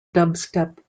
dubstep